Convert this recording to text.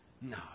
No